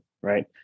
right